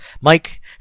Mike